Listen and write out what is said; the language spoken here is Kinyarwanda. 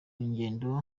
ngendo